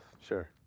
Sure